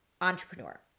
entrepreneur